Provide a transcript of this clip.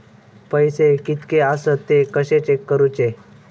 पैसे कीतके आसत ते कशे चेक करूचे?